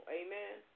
amen